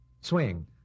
Swing